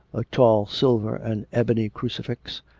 a tall silver and ebony crucifix,